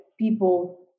people